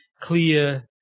clear